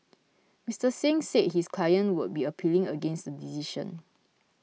Mister Singh said his client would be appealing against the decision